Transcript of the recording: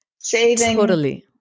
Saving